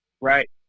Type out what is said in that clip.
right